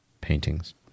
paintings